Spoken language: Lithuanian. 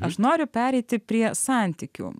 aš noriu pereiti prie santykių